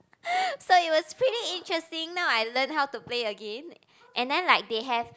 so it was pretty interesting now I learn how to play again and then like they have